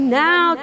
now